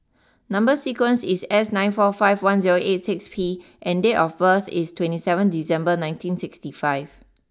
number sequence is S nine four five one zero eight six P and date of birth is twenty seven December nineteen sixty five